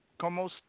Como